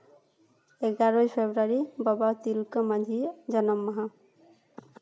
ᱮᱜᱟᱨᱳᱭ ᱯᱷᱮᱵᱽᱨᱩᱣᱟᱨᱤ ᱵᱟᱵᱟ ᱛᱤᱞᱠᱟᱹ ᱢᱟᱺᱡᱷᱤᱭᱟᱜ ᱡᱟᱱᱟᱢ ᱢᱟᱦᱟ